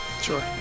Sure